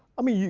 i mean,